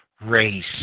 race